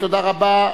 תודה רבה.